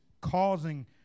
causing